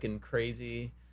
crazy